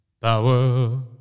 Power